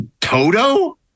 Toto